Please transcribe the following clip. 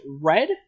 red